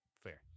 fair